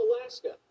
Alaska